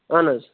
اَہن حظ